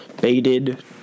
baited